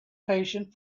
patient